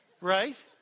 Right